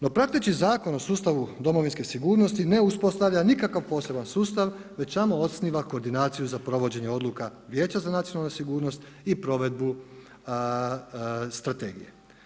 No prateći Zakon o sustavu domovinske sigurnosti, ne uspostavlja nikakav poseban sustav već samo osniva koordinaciju za provođenje odluka Vijeća za nacionalnu sigurnost i provedbu strategije.